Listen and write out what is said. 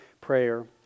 prayer